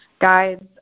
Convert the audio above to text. guides